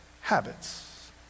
habits